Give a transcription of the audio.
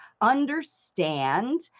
understand